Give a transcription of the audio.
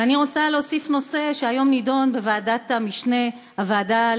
ואני רוצה להוסיף נושא שנדון היום בוועדת המשנה לנגישות: